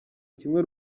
kimwe